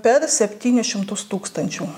per septynis šimtus tūkstančių